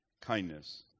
kindness